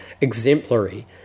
exemplary